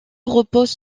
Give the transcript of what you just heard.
repose